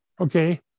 okay